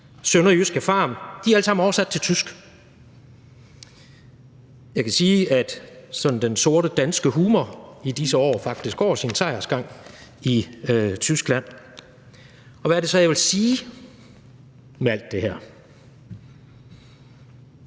sønderjyske farm« er alle sammen oversat til tysk. Jeg kan sige, at den sorte danske humor i disse år faktisk går sin sejrsgang i Tyskland. Hvad er det så, jeg vil sige med alt det her?